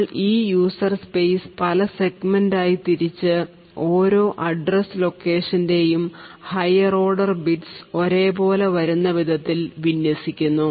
നമ്മൾ ഈ user space പല സെഗ്മെൻറ് ആയി തിരിച്ച് എല്ലാ അഡ്രസ് ലൊക്കേഷൻ ൻറെയും ഹയർ ഓർഡർ ബിറ്റ്സ് ഒരേ പോലെ വരുന്ന വിധത്തിൽ വിന്യസിക്കുന്നു